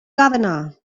governor